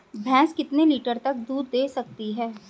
भैंस कितने लीटर तक दूध दे सकती है?